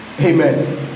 Amen